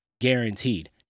guaranteed